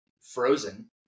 Frozen